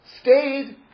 stayed